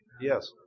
Yes